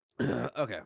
okay